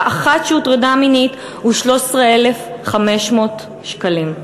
אחת שהוטרדה מינית הוא 13,500 שקלים.